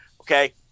Okay